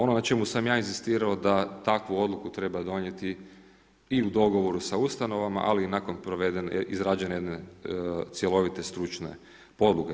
Ono na čemu sam ja inzistirao da takvu odluku treba donijeti i u dogovoru sa ustanovama ali i nakon provedene izrađene jedne cjelovite stručne podloge.